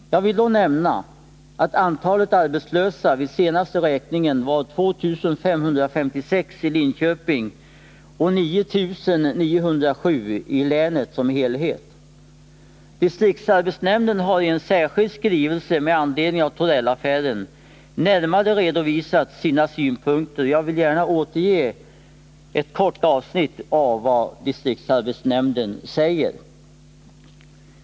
Jag vill då nämna att antalet arbetslösa vid senaste räkningen var 2 556 i Linköping och 9907 i Nr 90 länet som helhet. Distriktsarbetsnämnden har i en särskild skrivelse med Fredagen den anledning av Torell-affären närmare redovisat sina synpunkter. Jag vill gärna — 27 februari 1981 återge ett par korta avsnitt av vad distriktsarbetsnämnden säger.